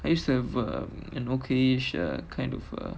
I used to have uh an okay sh~ uh kind of a